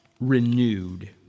renewed